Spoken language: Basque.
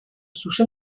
zuzen